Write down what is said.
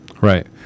Right